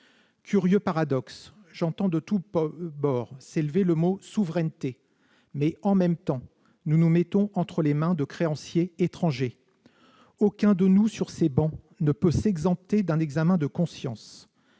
Curieux paradoxe : j'entends de tous bords s'élever le mot « souveraineté », mais, « en même temps », nous nous plaçons entre les mains de créanciers étrangers. Aucun de nous, sur ces travées, ne peut s'exempter d'un examen de conscience.